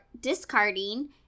discarding